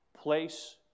place